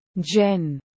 Jen